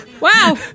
Wow